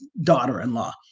daughter-in-law